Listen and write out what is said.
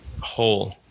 whole